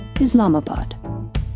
Islamabad